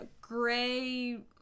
gray